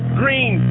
green